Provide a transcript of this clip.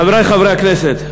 חברי חברי הכנסת,